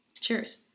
Cheers